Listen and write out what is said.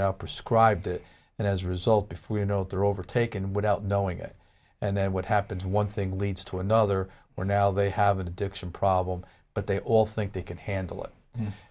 now prescribe to and as a result if we know they're overtaken without knowing it and then what happens one thing leads to another where now they have an addiction problem but they all think they can handle it